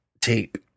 tape